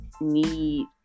need